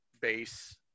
base